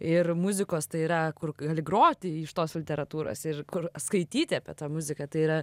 ir muzikos tai yra kur gali groti iš tos literatūros ir kur skaityti apie tą muziką tai yra